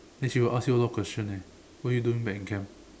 then she will ask you a lot of question eh what you doing back in camp